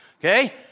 Okay